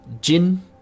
Jin